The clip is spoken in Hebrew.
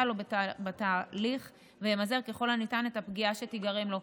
לו בתהליך וימזער ככל הניתן את הפגיעה שתיגרם לו.